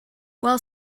while